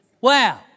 Wow